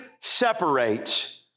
separates